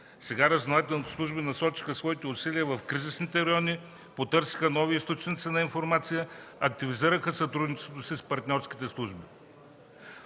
Сега разузнавателните служби насочиха своите усилия в кризисните райони, потърсиха нови източници на информация, активизираха сътрудничеството си с партньорските служби.